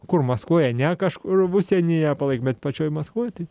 kur maskvoje ne kažkur užsienyje palaik bet pačioj maskvoj tai